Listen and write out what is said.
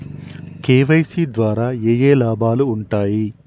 KYC ద్వారా ఏఏ లాభాలు ఉంటాయి?